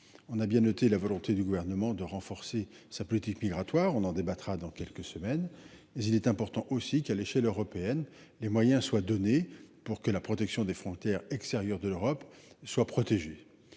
On a bien noté la volonté du gouvernement de renforcer sa politique migratoire. On en débattra dans quelques semaines et il est important aussi, qu'à l'échelle européenne les moyens soient donnés pour que la protection des frontières extérieures de l'Europe soient protégés.